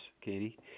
Katie